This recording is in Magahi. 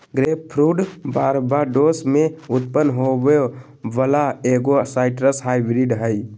ग्रेपफ्रूट बारबाडोस में उत्पन्न होबो वला एगो साइट्रस हाइब्रिड हइ